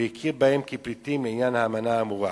והכיר בהם כפליטים לעניין האמנה האמורה.